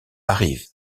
arrivent